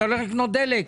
אתה הולך לקנות דלק,